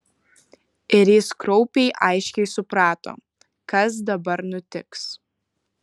ir jis kraupiai aiškiai suprato kas dabar nutiks